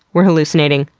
we're hallucinating.